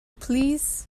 plîs